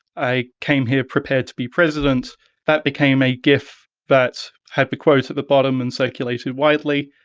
i came here prepared to be president that became a gif that had the quote at the bottom and circulated widely,